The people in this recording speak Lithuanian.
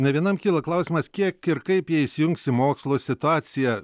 ne vienam kyla klausimas kiek ir kaip jie įsijungs į mokslų situacija